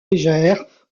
légère